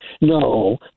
No